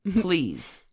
Please